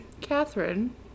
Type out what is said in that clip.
Catherine